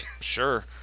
Sure